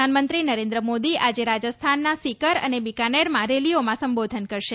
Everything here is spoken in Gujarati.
પ્રધાનમંત્રી નરેન્દ્ર મોદી આજે રાજસ્થાનના સીકર અને બીકાનેરમાં રેલીઓમાં સંબોધન કરશે